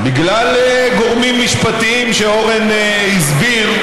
בגלל גורמים משפטיים שאורן הסביר,